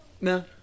No